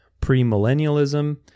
premillennialism